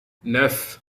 neuf